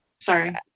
Sorry